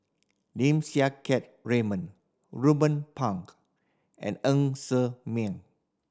Lim Siang Keat Raymond Ruben Pang and Ng Ser Miang